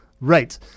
Right